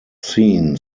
seen